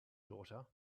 daughter